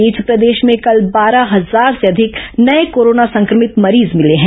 इस बीच प्रदेश में कल बारह हजार से अधिक नये कोरोना संक्रमित मरीज मिले हैं